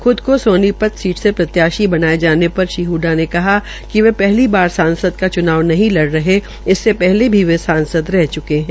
ख्द को सोनीपत से प्रत्याशी बनाये जाने पर श्री हडडा ने कहा कि वे पहली बार सांसद का च्नाव नहीं लड़ रहे इससे पहले भी वे सांसद रह च्के है